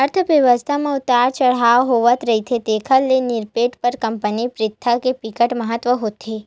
अर्थबेवस्था म उतार चड़हाव होवथ रहिथे तेखर ले निपटे बर कंपनी बित्त के बिकट महत्ता होथे